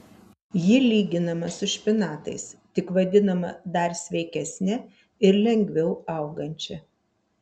ji lyginama su špinatais tik vadinama dar sveikesne ir lengviau augančia